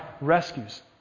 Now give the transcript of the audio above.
rescues